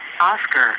Oscar